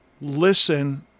listen